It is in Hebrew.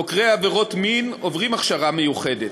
חוקרי עבירות מין עוברים הכשרה מיוחדת,